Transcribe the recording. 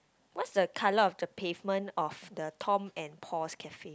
what's the colour of the pavement of the Tom and Paul's Cafe